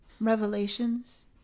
revelations